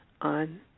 on